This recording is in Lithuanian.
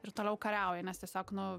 ir toliau kariauja nes tiesiog nu